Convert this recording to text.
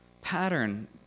pattern